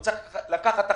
הוא צריך לקחת אחריות.